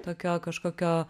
tokio kažkokio